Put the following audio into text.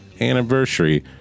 anniversary